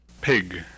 Pig